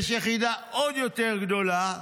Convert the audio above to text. יש יחידה עוד יותר גדולה,